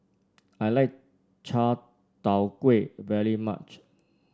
I like Chai Tow Kuay very much